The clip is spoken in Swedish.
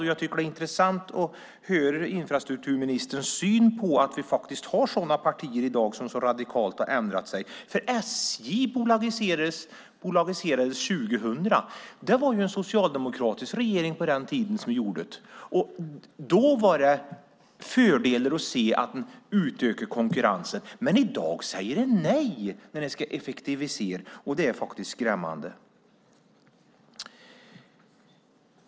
Jag tycker att det är intressant att höra infrastrukturministerns syn på att vi har partier i dag som har ändrat sig så radikalt. SJ bolagiserades nämligen år 2000. Det var en socialdemokratisk regering som gjorde det. Då såg man fördelar med att utöka konkurrensen, men i dag säger man nej när det ska effektiviseras. Det är skrämmande.